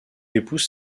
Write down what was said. épouse